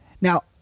Now